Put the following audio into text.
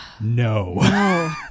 no